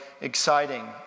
exciting